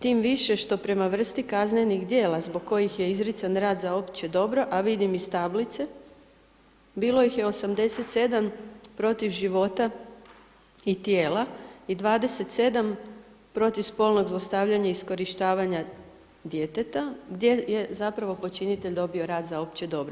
Tim više što prema vrsti kaznenih djela zbog kojih je izrican rad za opće dobro a vidim iz tablice, bilo ih je 87 protiv života i tijela i 27 protiv spolnog zlostavljanja i iskorištavanja djeteta gdje je zapravo počinitelj dobio rad za opće dobro.